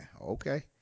Okay